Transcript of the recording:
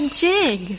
jig